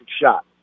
shot